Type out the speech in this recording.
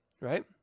right